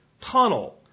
tunnel